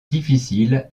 difficile